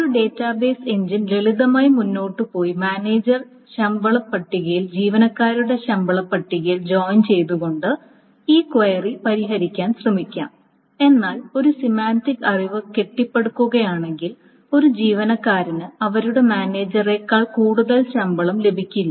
ഒരു database engine ലളിതമായി മുന്നോട്ട് പോയി മാനേജർ ശമ്പള പട്ടികയിൽ ജീവനക്കാരുടെ ശമ്പള പട്ടികയിൽ ജോയിൻ ചെയ്തുകൊണ്ട് ഈ ക്വയറി പരിഹരിക്കാൻ ശ്രമിക്കാം എന്നാൽ ഒരു സെമാന്റിക് അറിവ് കെട്ടിപ്പടുക്കുകയാണെങ്കിൽ ഒരു ജീവനക്കാരന് അവരുടെ മാനേജരെക്കാൾ കൂടുതൽ ശമ്പളം ലഭിക്കില്ല